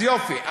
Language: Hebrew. אז יופי.